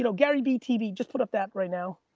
you know gary b two b. just put up that right now.